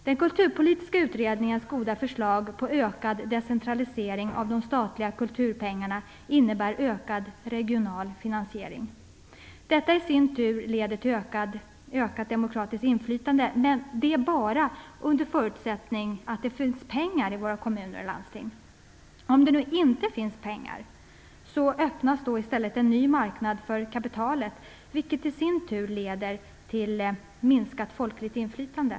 Den kulturpolitiska utredningens goda förslag på ökad decentralisering av de statliga kulturpengarna innebär ökad regional finansiering. Detta i sin tur leder till ökat demokratiskt inflytande, under förutsättning att det finns pengar i våra kommuner och landsting. Om det inte finns pengar öppnas en ny marknad för kapitalet, vilket i sin tur leder till minskat folkligt inflytande.